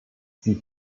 sie